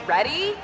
Ready